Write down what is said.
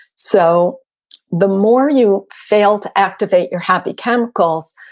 so the more you fail to activate your happy chemicals,